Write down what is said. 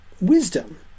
wisdom